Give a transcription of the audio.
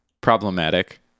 problematic